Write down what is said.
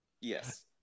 Yes